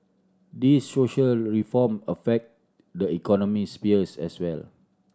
these social reform affect the economy spheres as well